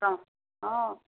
काँ हँ